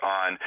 on